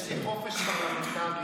יש לי חופש פרלמנטרי.